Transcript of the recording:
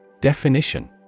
Definition